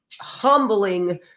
humbling